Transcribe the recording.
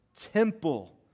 temple